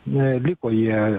na liko jie